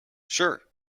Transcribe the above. sure